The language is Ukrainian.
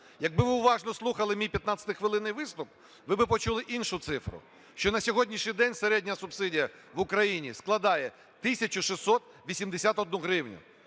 Якби ви уважно слухали мій 15-хвилинний виступ, ви б почули іншу цифру, що на сьогоднішній день середня субсидія в Україні складає 1 тисячу